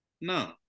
No